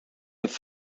have